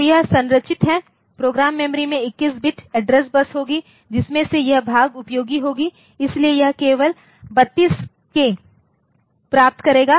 तो यह संरचित है प्रोग्राम मेमोरी में 21 बिट एड्रेस बस होगी जिसमें से यह भाग उपयोगी होगा इसलिए यह केवल 32K प्राप्त करेगा